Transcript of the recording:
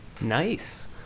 nice